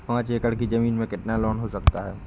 पाँच एकड़ की ज़मीन में कितना लोन हो सकता है?